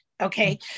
Okay